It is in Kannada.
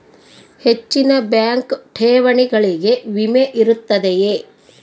ಹೆಚ್ಚಿನ ಬ್ಯಾಂಕ್ ಠೇವಣಿಗಳಿಗೆ ವಿಮೆ ಇರುತ್ತದೆಯೆ?